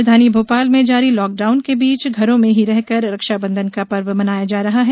राजधानी भोपाल में जारी लॉकडाउन के बीच घरों में ही रहकर रक्षाबंधन का पर्व मनाया जा रहा है